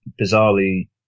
bizarrely